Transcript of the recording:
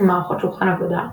מערכות שולחן עבודה,